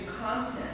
content